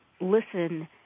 listen